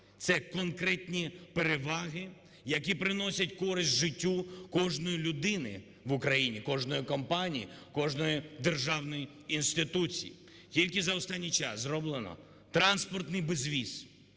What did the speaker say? це конкретні переваги, які приносять користь життю кожної людини в Україні, кожної компанії, кожної державної інституції. Тільки за останній час зроблено транспортний безвіз,